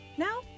Now